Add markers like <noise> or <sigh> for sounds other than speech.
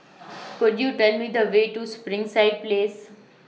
<noise> Could YOU Tell Me The Way to Springside Place